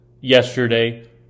yesterday